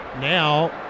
Now